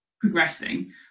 progressing